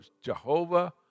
Jehovah